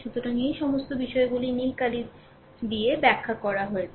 সুতরাং এই সমস্ত বিষয়গুলি নীল কালি ব্যাখ্যা করা এবং বলা হয়েছে